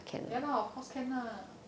ya lah of course can lah